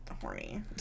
horny